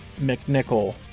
McNichol